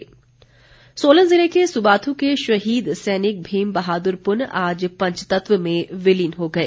शहीद सोलन जिले के सुबाथू के शहीद सैनिक भीम बहादुर पुन आज पंचतत्व में विलीन हो गए